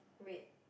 red